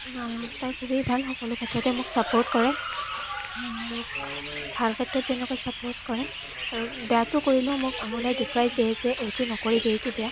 তাই খুবেই ভাল সকলো ক্ষেত্ৰতে মোক চাপোৰ্ট কৰে মোক ভাল ক্ষেত্ৰত যেনেকৈ চাপোৰ্ট কৰে আৰু বেয়াতো কৰিলেও মোক আঙুলিয়াই দেখুৱাই দিয়ে যে এইটো নকৰিবি এইটো বেয়া